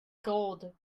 gold